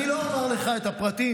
אני לא אומר לך את הפרטים,